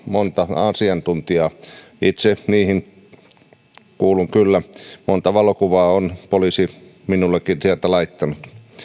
monta asiantuntijaa itse kuulun niihin kyllä monta valokuvaa on poliisi minullekin tieltä laittanut